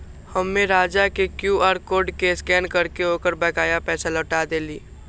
हम्मे राजा के क्यू आर कोड के स्कैन करके ओकर बकाया पैसा लौटा देली